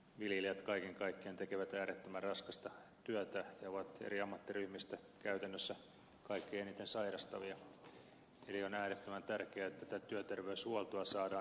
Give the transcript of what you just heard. viljelijät kaiken kaikkiaan tekevät äärettömän raskasta työtä ja ovat eri ammattiryhmistä käytännössä kaikkein eniten sairastavia eli on äärettömän tärkeää että tätä työterveyshuoltoa saadaan eteenpäin